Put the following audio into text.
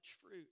fruit